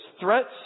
Threats